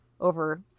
over